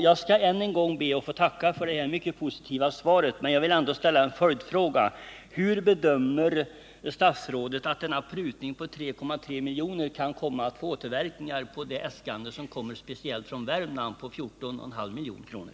Jag skall än en gång be att få tacka för det mycket positiva svaret men vill ändå ställa en följdfråga: Vilka återverkningar bedömer statsrådet att denna prutning på 3,3 milj.kr. kan få på det äskande som kommer speciellt från Värmland på 14,5 milj.kr.?